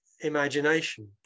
imagination